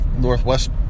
northwest